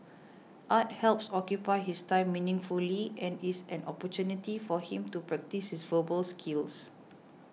art helps occupy his time meaningfully and is an opportunity for him to practise his verbal skills